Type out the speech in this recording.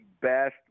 best